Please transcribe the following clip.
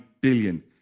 billion